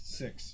six